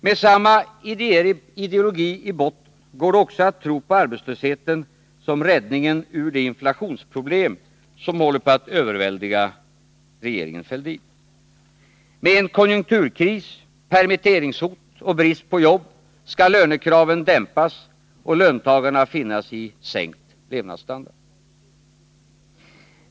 Med samma ideologi i botten går det också att tro på arbetslösheten som räddningen ur det inflationsproblem som håller på att överväldiga regeringen Fälldin. Med en konjunkturkris, permitteringshot och brist på jobb skall lönekraven dämpas och löntagarna finna sig i sänkt levnadsstandard.